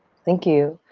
thank you.